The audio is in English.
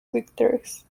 victories